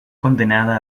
condenada